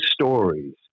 stories